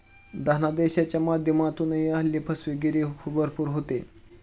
धनादेशाच्या माध्यमातूनही हल्ली फसवेगिरी भरपूर होते